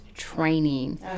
training